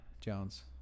Jones